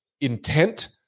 intent